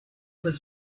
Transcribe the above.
was